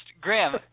Graham